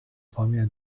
方面